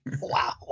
Wow